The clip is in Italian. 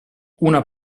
una